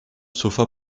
sofa